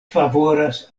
favoras